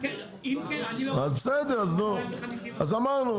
אז בסדר אז אמרנו,